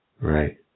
right